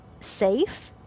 safe